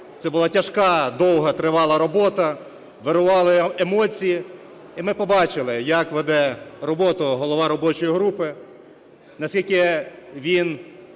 Це була тяжка, довга, тривала робота, вирували емоції. І ми побачили, як веде роботу голова робочої групи, наскільки він